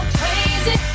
crazy